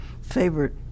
favorite